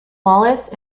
wallace